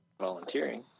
volunteering